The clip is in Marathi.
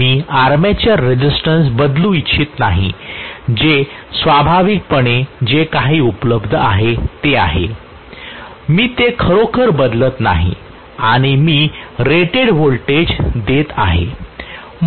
मी आर्मेचर रेसिस्टन्स बदलू इच्छित नाही जे स्वाभाविकपणे जे काही उपलब्ध आहे ते आहे मी ते खरोखर बदलत नाही आणि मी रेटेड व्होल्टेज देत आहे